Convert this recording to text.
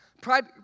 Pride